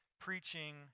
preaching